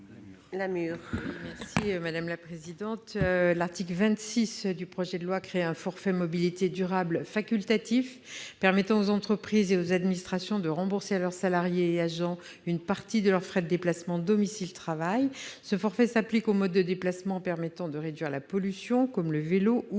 n° 369 rectifié. L'article 26 du projet de loi crée un forfait mobilités durables facultatif permettant aux entreprises et aux administrations de rembourser à leurs salariés et agents une partie de leurs frais de déplacement domicile-travail. Ce forfait s'applique aux modes de déplacement permettant de réduire la pollution, comme le vélo ou le